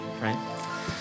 right